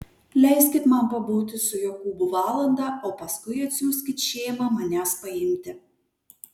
leiskit man pabūti su jokūbu valandą o paskui atsiųskit šėmą manęs paimti